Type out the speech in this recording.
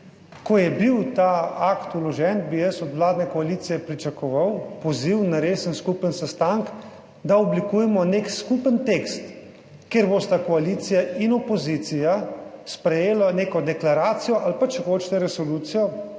Ko je bil ta akt vložen, bi jaz od vladne koalicije pričakoval poziv na resen skupen sestanek, da oblikujemo nek skupen tekst, kjer bosta koalicija in opozicija sprejela neko deklaracijo ali pa, če hočete, resolucijo,